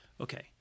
Okay